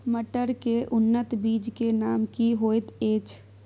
मटर के उन्नत बीज के नाम की होयत ऐछ?